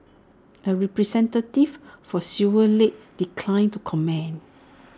A representative for silver lake declined to comment